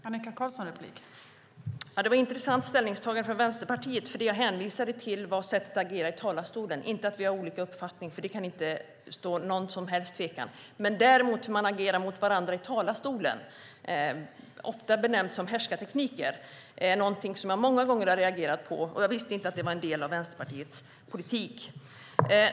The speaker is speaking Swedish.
Fru talman! Det var ett intressant ställningstagande från Vänsterpartiet. Det jag hänvisade till var sättet att agera i talarstolen, inte att vi har olika uppfattning - det kan det inte råda någon som helst tvekan om. Däremot hur man agerar mot varandra i talarstolen, ofta benämnt härskarteknik, är någonting som jag många gånger har reagerat på. Jag visste inte att det var en del av Vänsterpartiets politik.